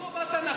פטור מחובת הנחה,